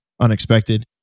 unexpected